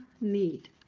need